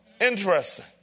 Interesting